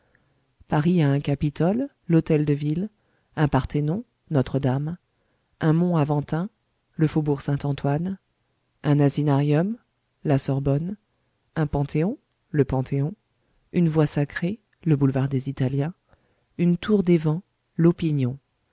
paris a un capitole l'hôtel de ville un parthénon notre-dame un mont aventin le faubourg saint-antoine un asinarium la sorbonne un panthéon le panthéon une voie sacrée le boulevard des italiens une tour des vents l'opinion